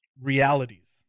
realities